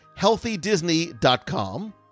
HealthyDisney.com